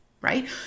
right